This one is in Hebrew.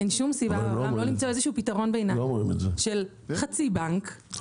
אין שום סיבה לא למצוא איזה פתרון ביניים של חצי בנק,